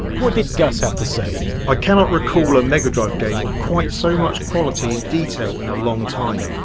what did gus have to say? i cannot recall a megadrive game of quite so much quality and detail in a long time.